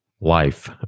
life